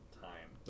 time